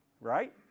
right